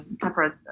separate